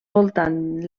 voltant